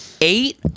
eight